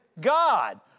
God